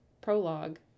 prologue